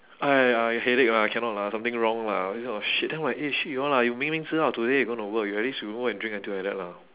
!aiya! I headache lah I cannot lah something wrong lah all this kind of shit then I'm like eh shit you all lah you 明明知道 today you gonna work you at least you won't go and drink until like that mah